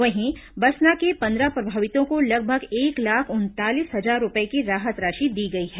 वहीं बसना के पंद्रह प्रभावितों को लगभग एक लाख उनतालीस हजार रूपये की राहत राशि दी गई है